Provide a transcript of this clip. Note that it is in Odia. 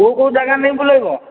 କେଉଁ କେଉଁ ଜାଗା ନେଇ ବୁଲେଇବ